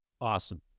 Awesome